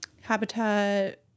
Habitat